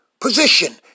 position